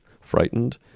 frightened